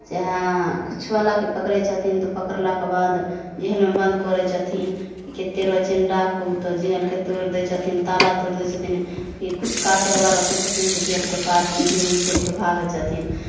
से यहाँ किछुवलाकेँ पकड़ै छथिन तऽ पकड़लाके बाद जहलमे बन्द करै छथिन कतेक रहै छनि डाकू तऽ जहलके तोड़ि दै छथिन ताला तोड़ि दै छथिन फेर किछु काटयवला रखै छथिन तऽ जहलके काटि कऽ भी निकलि कऽ भागै छथिन